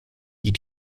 die